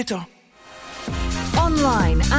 Online